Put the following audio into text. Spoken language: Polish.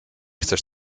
chcesz